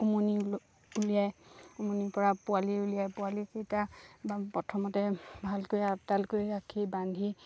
উমনি উলিয়াই উমনিৰপৰা পোৱালি উলিয়াই পোৱালিকেইটা প্ৰথমতে ভালকৈ আপডাল কৰি ৰাখি বান্ধি